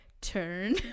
turn